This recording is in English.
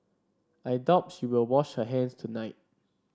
I doubt she will wash her hands tonight